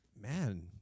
Man